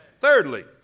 Thirdly